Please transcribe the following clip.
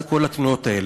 מה זה כל התנועות האלה.